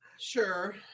Sure